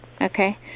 Okay